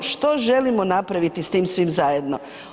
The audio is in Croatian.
Što želimo napraviti s tim svim zajedno?